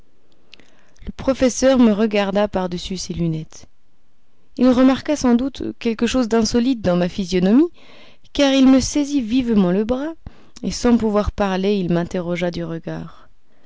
le professeur me regarda par-dessus ses lunettes il remarqua sans doute quelque chose d'insolite dans ma physionomie car il me saisit vivement le bras et sans pouvoir parler il m'interrogea du regard